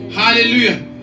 hallelujah